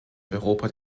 europa